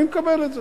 אני מקבל את זה,